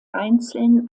einzeln